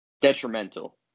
detrimental